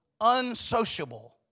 Unsociable